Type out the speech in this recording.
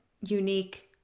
unique